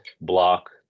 block